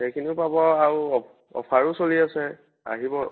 সেইখিনিও পাব আৰু অ অ'ফাৰো চলি আছে আহিব